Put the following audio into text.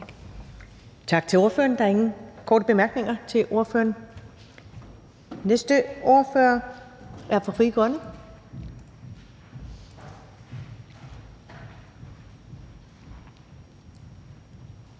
Tak til ordføreren. Der er ingen korte bemærkning til ordføreren. Næste ordfører er fra Frie Grønne.